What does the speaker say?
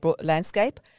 landscape